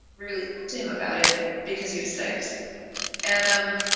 really talk to him about it because he was six and, um,